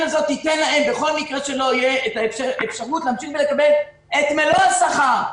הזאת תיתן להם בכל מקרה שלא יהיה את האפשרות להמשיך ולקבל את מלוא השכר.